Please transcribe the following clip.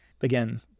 Again